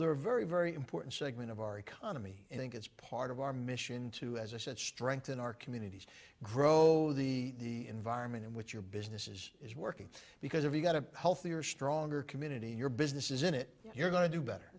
they're very very important segment of our economy and think it's part of our mission to as i said strengthen our communities grow the environment in which your business is is working because if you've got a healthier stronger community in your business is in it you're going to do better